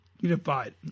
unified